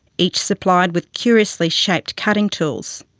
each supplied with curiously shaped cutting tools,